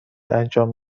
انجام